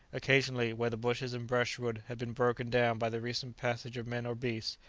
occasionally, where the bushes and brushwood had been broken down by the recent passage of men or beasts,